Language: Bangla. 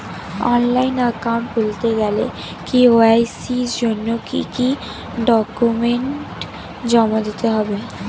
অনলাইন একাউন্ট খুলতে গেলে কে.ওয়াই.সি জন্য কি কি ডকুমেন্ট জমা দিতে হবে?